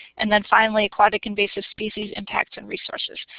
and then finally aquatic invasive species impacts and resources.